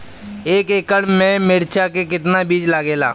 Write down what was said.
एक एकड़ में मिर्चा का कितना बीज लागेला?